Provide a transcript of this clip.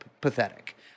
pathetic